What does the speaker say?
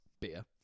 beer